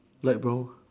light brown